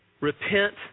repent